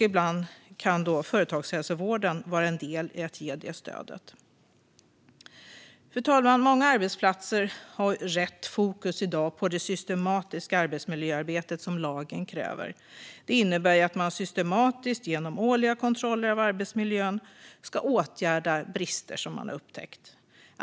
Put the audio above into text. Ibland kan företagshälsovården vara en del i att ge detta stöd. Fru talman! Många arbetsplatser har i dag rätt fokus på det systematiska arbetsmiljöarbete som lagen kräver. Det innebär att man systematiskt genomför årliga kontroller av arbetsmiljön och åtgärdar brister som upptäcks.